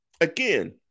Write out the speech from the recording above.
again